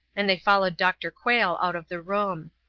and they followed dr. quayle out of the room.